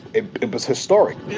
it it was historic.